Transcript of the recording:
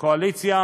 הקואליציה